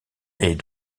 est